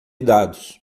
dados